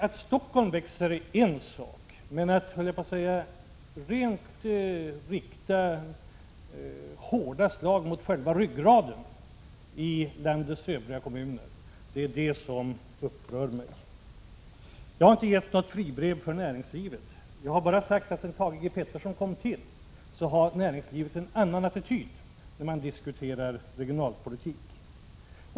Att Stockholm växer är en sak, men att man riktar hårda slag mot själva ryggraden i landets övriga kommuner upprör mig. Jag har inte givit något fribrev för näringslivet. Jag har bara sagt att sedan Thage G. Peterson tillträdde har näringslivet fått en annan attityd, när man dikuterar regionalpolitik.